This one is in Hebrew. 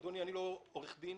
אדוני, אני לא עורך דין